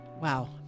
Wow